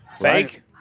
Fake